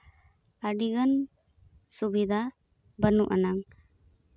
ᱟᱹᱰᱤᱜᱟᱱ ᱥᱩᱵᱤᱫᱷᱟ ᱵᱟᱹᱱᱩᱜ ᱟᱱᱟᱝ